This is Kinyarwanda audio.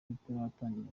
bitaratangira